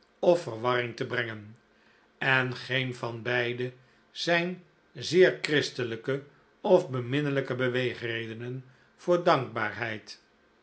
of verwarring te brengen en geen van beide zijn zeer christelijke of beminnelijke beweegredenen voor dankbaarheid